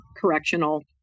correctional